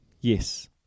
Yes